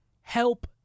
help